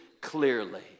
clearly